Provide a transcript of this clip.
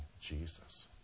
Jesus